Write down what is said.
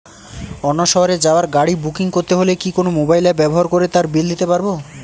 অন্য শহরে যাওয়ার গাড়ী বুকিং করতে হলে কি কোনো মোবাইল অ্যাপ ব্যবহার করে তার বিল দিতে পারব?